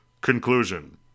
Conclusion